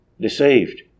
deceived